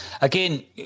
again